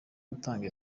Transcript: gutanga